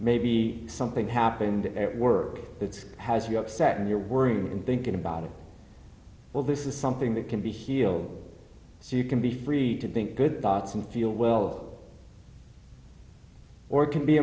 maybe something happened at work that has you upset and you're worrying and thinking about it well this is something that can be healed so you can be free to think good thoughts and feel well or can be